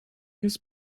his